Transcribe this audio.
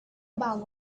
about